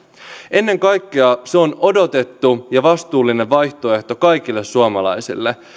ennen kaikkea se on odotettu ja vastuullinen vaihtoehto kaikille suomalaisille